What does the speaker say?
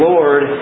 Lord